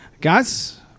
Guys